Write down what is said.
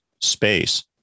space